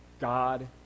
God